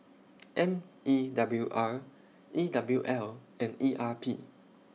M E W R E W L and E R P